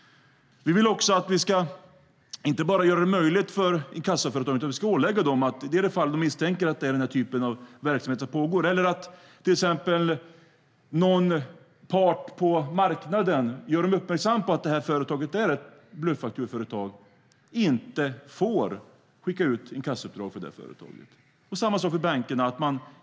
Vi vill också att vi inte bara ska göra det möjligt för inkassoföretagen utan att vi ska ålägga dem att i de fall de misstänker att det är den här typen av verksamhet som pågår, eller att någon part på marknaden gör dem uppmärksamma på att det här företaget är ett bluffaktureföretag, inte få skicka ut inkassouppdrag för det företaget. Samma sak gäller för bankerna.